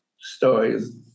stories